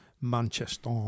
Manchester